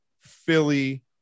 Philly